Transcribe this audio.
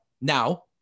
Now